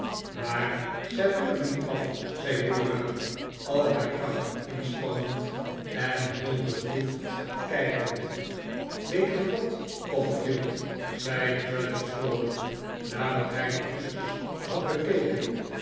maar af liefjemaar zij wil er niet af zei dora al haar krachten inspannend en heel bedroefd kijkend weet ge wat copperfield zei traddles vroolijk nadat hij de oesters had bekeken